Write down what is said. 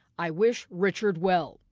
i wish richard well.